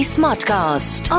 Smartcast